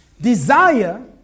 Desire